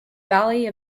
valley